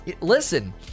Listen